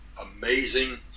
amazing